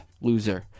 loser